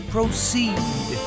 Proceed